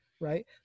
right